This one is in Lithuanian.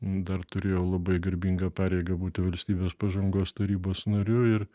dar turėjau labai garbingą pareigą būti valstybės pažangos tarybos nariu ir